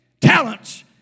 talents